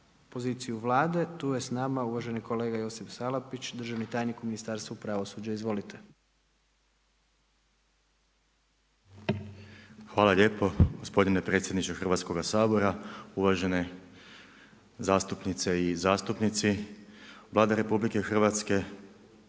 poziciju Vlade. Tu je sa nama uvaženi kolega Josip Salapić, državni tajnik u Ministarstvu pravosuđa. Izvolite. **Salapić, Josip (HDSSB)** Hvala lijepo. Gospodine predsjedniče Hrvatskoga sabora, uvažene zastupnice i zastupnici Vlada RH podržava